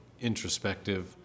introspective